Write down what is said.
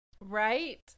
Right